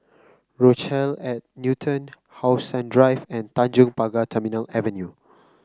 Rochelle at Newton How Sun Drive and Tanjong Pagar Terminal Avenue